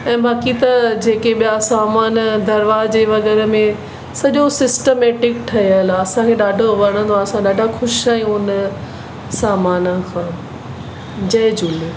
ऐं बाक़ी त जेके ॿिया सामान दरवाज़े वग़ैरह में सॼो सिस्टमैटिक ठहियलु आहे असांखे ॾाढो वणंदो आहे असां ॾाढा ख़ुशि आहियूं हुन सामान खां जय झूले